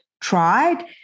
tried